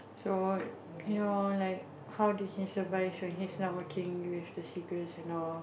so you know like how did he survive when he's not working with the cigarettes and all